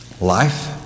life